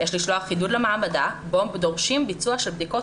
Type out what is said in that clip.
יש לשלוח חידוד למעבדה שבו דורשים ביצוע של בדיקות